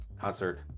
concert